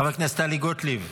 חברת הכנסת טלי גוטליב,